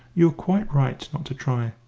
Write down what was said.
you are quite right not to try.